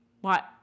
What-